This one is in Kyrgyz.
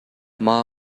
мага